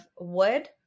wood